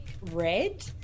red